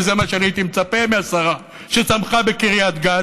וזה מה שהייתי מצפה מהשרה, שצמחה בקריית גת,